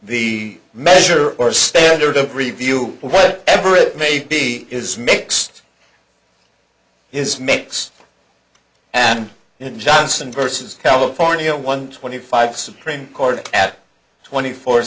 the measure or standard of review what ever it may be is mixed is mix and in johnson versus california one twenty five supreme court at twenty four